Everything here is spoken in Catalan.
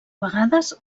vegades